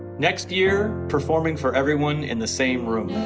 next year, performing for everyone in the same room.